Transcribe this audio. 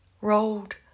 rolled